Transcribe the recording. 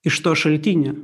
iš to šaltinio